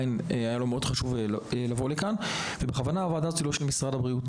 ועדה שבכוונה היא לא של משרד הבריאות,